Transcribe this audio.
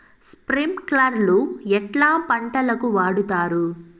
స్ప్రింక్లర్లు ఎట్లా పంటలకు వాడుతారు?